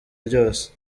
ryose